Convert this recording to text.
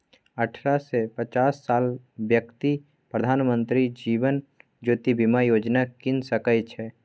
अठारह सँ पचास सालक बेकती प्रधानमंत्री जीबन ज्योती बीमा योजना कीन सकै छै